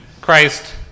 Christ